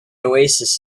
oasis